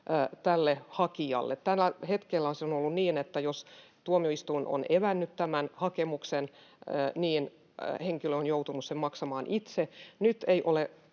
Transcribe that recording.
tälle hakijalle. Tällä hetkellä se on ollut niin, että jos tuomioistuin on evännyt tämän hakemuksen, niin henkilö on joutunut sen maksamaan itse. Nyt ei ole